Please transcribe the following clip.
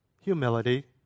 humility